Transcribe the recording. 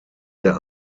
der